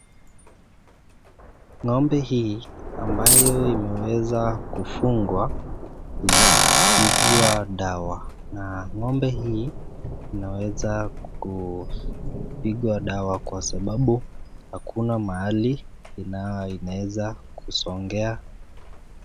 Ngo'mbe huyu ambayo imeweza kufungwa inapigwa dawa, na ngo'mbe huyu inaweza kupigwa dawa kwa sababu hakuna mahali inaeza kuzongea.